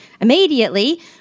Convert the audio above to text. immediately